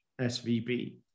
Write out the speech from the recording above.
SVB